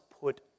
put